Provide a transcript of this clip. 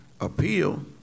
appeal